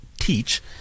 teach